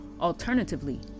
Alternatively